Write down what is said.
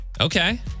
Okay